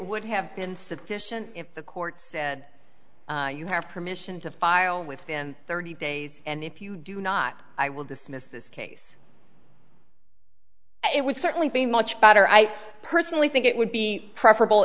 would have been sufficient if the court said you have permission to file within thirty days and if you do not i will dismiss this case it would certainly be much better i personally think it would be preferable